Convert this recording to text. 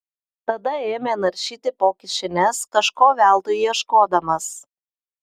tada ėmė naršyti po kišenes kažko veltui ieškodamas